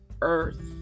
earth